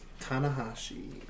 Tanahashi